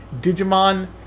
Digimon